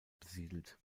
besiedelt